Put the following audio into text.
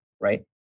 right